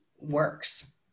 works